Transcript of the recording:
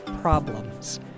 problems